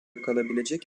kalabilecek